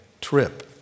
trip